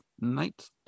Night